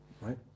right